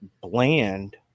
bland